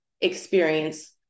experience